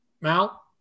Mal